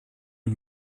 und